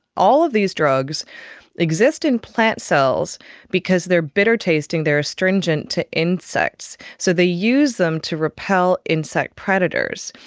all of these drugs exist in plant cells because they are bitter tasting, they are astringent to insects. so they use them to repel insect predators.